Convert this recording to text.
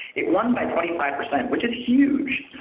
it won by twenty five percent which is huge.